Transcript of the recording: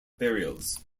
burials